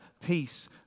peace